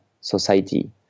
society